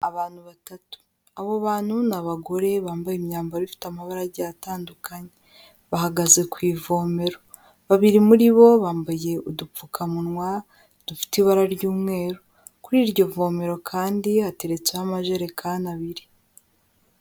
Abantu batatu, abo bantu n'abagore bambaye imyambaro ifite amabara agiye atandukanye, bahagaze ku ivomero, babiri muri bo bambaye udupfukamunwa dufite ibara ry'umweru, kuri iryo vomero kandi hateretseho amajerekani abiri.